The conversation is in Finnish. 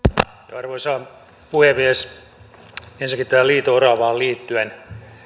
arvoisa puhemies ensinnäkin tähän liito oravaan liittyen